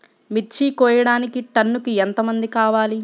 మిర్చి కోయడానికి టన్నుకి ఎంత మంది కావాలి?